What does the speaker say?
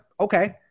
okay